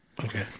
Okay